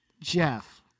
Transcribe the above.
Jeff